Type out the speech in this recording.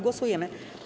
Głosujemy.